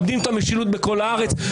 מאבדים את המשילות בכל הארץ,